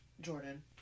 Jordan